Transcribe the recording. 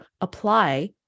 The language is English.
apply